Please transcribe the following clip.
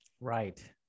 Right